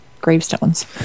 gravestones